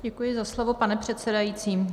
Děkuji za slovo, pane předsedající.